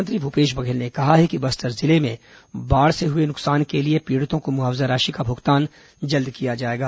मुख्यमंत्री भूपेश बघेल ने कहा है कि बस्तर जिले में बाढ़ से हुए नुकसान के लिए पीड़ितों को मुआवजा राशि का भुगतान जल्द किया जाएगा